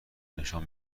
نشان